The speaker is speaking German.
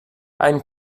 ein